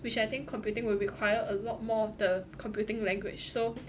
which I think computing will require a lot more of the computing language so